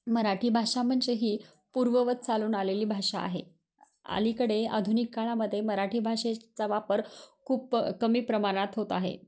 मराठी भाषा म्हणजे ही पूर्ववत चालून आलेली भाषा आहे अलीकडे आधुनिक काळामध्ये मराठी भाषेचा वापर खूप कमी प्रमाणात होत आहे